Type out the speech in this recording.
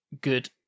good